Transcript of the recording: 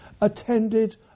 attended